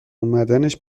اومدنش